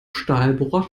stahlbohrer